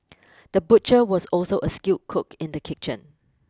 the butcher was also a skilled cook in the kitchen